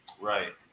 Right